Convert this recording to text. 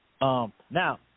Now